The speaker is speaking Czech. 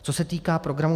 Co se týče programu